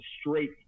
straight